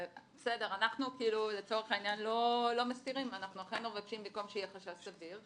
אנחנו אכן מבקשים במקום שיהיה חשש סביר,